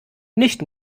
nicht